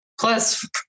plus